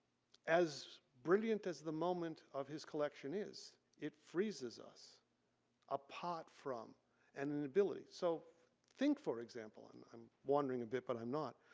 as brilliant as the moment of his collection is it freezes us apart from and an ability. so think for example and i'm wandering a bit but i'm not.